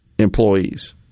employees